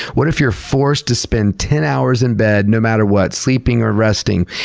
what if you're forced to spend ten hours in bed no matter what, sleeping or resting?